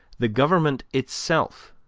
the government itself,